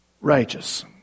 righteous